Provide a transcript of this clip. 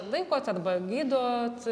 laikot arba gydot